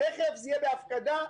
תיכף זה יהיה בהפקדה,